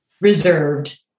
reserved